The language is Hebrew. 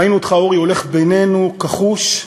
ראינו אותך, אורי, הולך בינינו, כחוש.